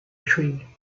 tree